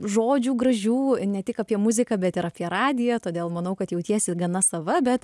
žodžių gražių ne tik apie muziką bet ir apie radiją todėl manau kad jautiesi gana sava bet